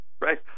Right